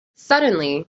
suddenly